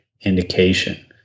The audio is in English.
indication